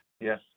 Yes